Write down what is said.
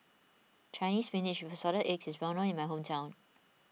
Chinese Spinach with Assorted Eggs is well known in my hometown